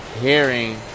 hearing